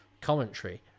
commentary